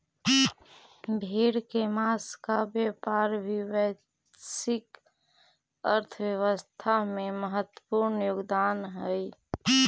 भेड़ के माँस का व्यापार भी वैश्विक अर्थव्यवस्था में महत्त्वपूर्ण योगदान हई